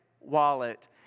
wallet